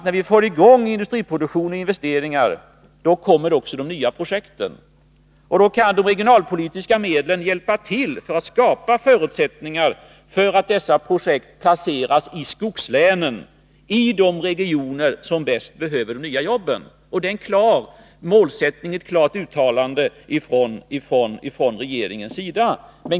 När vi får i gång industriproduktionen och investeringarna, då kommer också de nya projekten. De regionalpolitiska medlen kan hjälpa till att skapa förutsättningar för att dessa projekt placeras i skogslänen och i de regioner som bäst behöver de nya jobben. Detta är en klar målsättning och ett klart uttalande från regeringens sida.